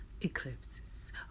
Eclipses